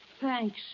Thanks